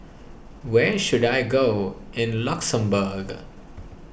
where should I go in Luxembourg